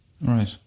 Right